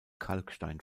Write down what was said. kalkstein